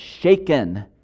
shaken